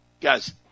guys